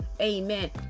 Amen